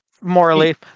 Morally